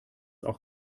auch